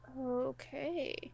Okay